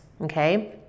okay